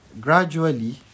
gradually